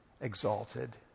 exalted